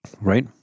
Right